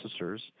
processors